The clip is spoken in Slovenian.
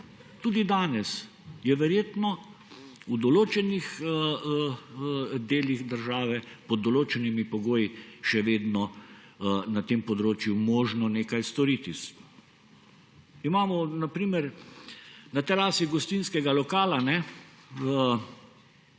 Tudi danes je verjetno v določenih delih države pod določenimi pogoji še vedno na tem področju možno nekaj storiti. Imamo na primer na terasi gostinskega lokala